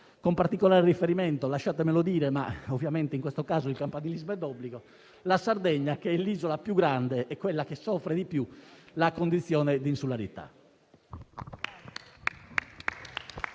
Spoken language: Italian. con particolare riferimento - lasciatemelo dire, ma in questo caso il campanilismo è d'obbligo - alla Sardegna, che è l'isola più grande e che più soffre la condizione di insularità.